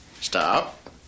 Stop